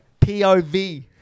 POV